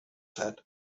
said